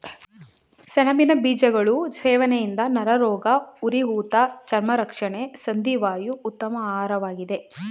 ಸೆಣಬಿನ ಬೀಜಗಳು ಸೇವನೆಯಿಂದ ನರರೋಗ, ಉರಿಊತ ಚರ್ಮ ರಕ್ಷಣೆ ಸಂಧಿ ವಾಯು ಉತ್ತಮ ಆಹಾರವಾಗಿದೆ